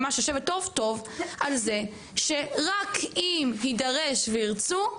שממש יושבת טוב טוב על זה שרק אם יידרש וירצו,